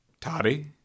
Toddy